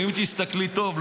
אם תסתכלי טוב,